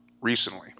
recently